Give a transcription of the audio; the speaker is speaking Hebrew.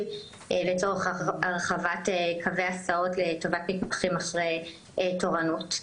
לצורך הרחבת קווי הסעות לטובת מתמחים אחרי תורנות.